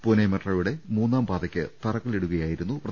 പൂനെ മെട്രോയുടെ മൂന്നാം പാതയ്ക്ക് തറക്കല്ലിടുകയായിരുന്നു പ്രധാന മന്ത്രി